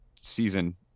season